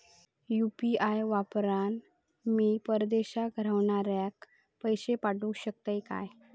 UPI वापरान मी परदेशाक रव्हनाऱ्याक पैशे पाठवु शकतय काय?